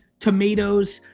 tomatoes,